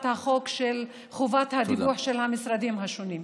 החוק של חובת הדיווח של המשרדים השונים.